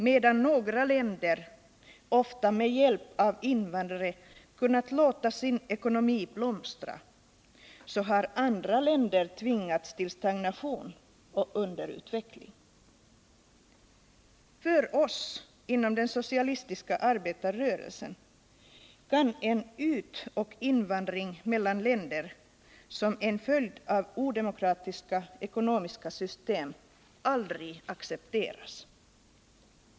Medan några länder, ofta med hjälp av invandrare, kunnat låta sin ekonomi blomstra har andra länder tvingats till stagnation och underutveckling. För oss inom den socialistiska arbetarrörelsen kan en utoch invandring mellan länder som en följd av odemokratiska ekonomiska system aldrig accepteras.